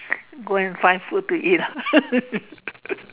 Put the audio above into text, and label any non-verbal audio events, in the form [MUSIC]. go and find food to eat ah [LAUGHS]